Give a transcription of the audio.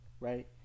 right